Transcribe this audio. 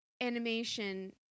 animation